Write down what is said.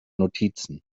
notizen